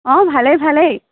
অঁ ভালেই ভালেই